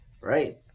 right